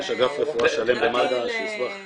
יש אגף רפואה שלם במד"א שישמח.